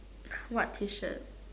what T shirt